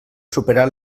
superar